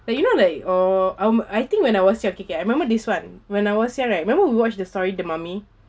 you know like uh um I think when I was young K K I remember this [one] when I was young right remember we watch the story the mummy